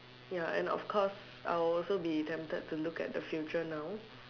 ya and of course I'll also be tempted to look at the future now